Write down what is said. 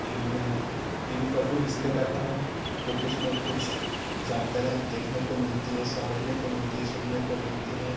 T V में T V का उपयोग इसलिए करता हूँ क्योंकि उसमें कुछ जानकारीयाँ देखने को मिलती हैं समझने को मिलती हैं सुनने को मिलती हैं